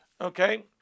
okay